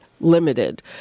Limited